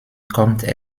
kommt